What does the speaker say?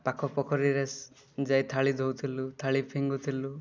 ପାଖ ପୋଖରୀରେ ସି ଯାଇ ଥାଳି ଧୋଉଥିଲୁ ଥାଳି ଫିଙ୍ଗୁଥିଲୁ